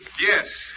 Yes